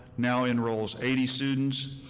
now enrolls eighty students,